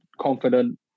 confident